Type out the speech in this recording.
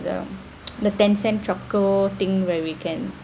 the the ten cent choco thing where we can